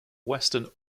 western